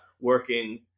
working